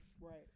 Right